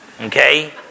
okay